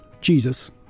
Jesus